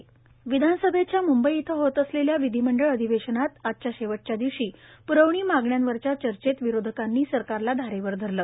विधीमंडळ अधिवेशन एयर विधानसभेच्या मुंबई इथं होत असलेल्या विधीमंडळ अधिवेशनात आजच्या शेवटच्या दिवशी पुरवणी मागण्यांवरच्या चर्चेत विरोधकांनी सरकारला धारेवर धरलं